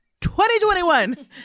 2021